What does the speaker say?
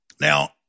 Now